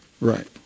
Right